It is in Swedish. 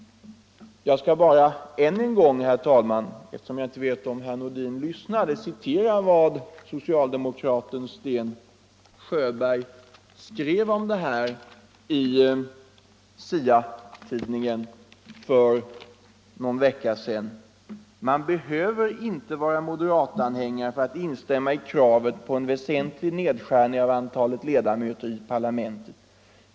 Jag skall bara än en gång, herr talman, eftersom jag inte vet om herr Nordin lyssnade förut, citera vad socialdemokraten Sten Sjöberg skrev om detta i SIA-tidningen för någon vecka sedan: ”Man behöver inte vara moderatanhängare för att instämma i kravet på en väsentlig nedskärning av antalet ledamöter i parlamentet.